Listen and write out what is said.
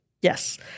Yes